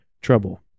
trouble